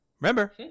Remember